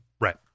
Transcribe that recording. Right